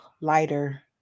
lighter